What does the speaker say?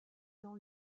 dans